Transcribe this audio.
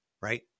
right